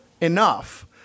enough